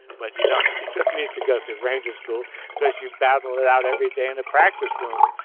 but you don't just need to go through ranger school because you battle it out every day in the practice room.